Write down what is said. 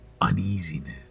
uneasiness